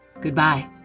goodbye